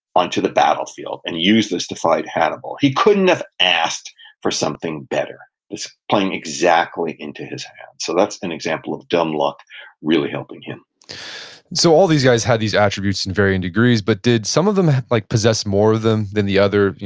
onto the battlefield, and use this to fight hannibal. he couldn't have asked for something better, this playing exactly into his hands. so that's an example of dumb luck really helping him so all these guys had these attributes in varying degrees, but did some of them like possess more of them than the other?